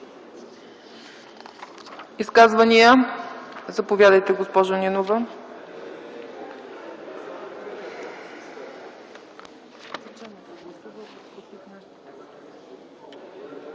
Изказвания? Заповядайте, госпожо Нинова.